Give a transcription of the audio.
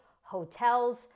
hotels